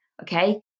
okay